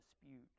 dispute